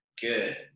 good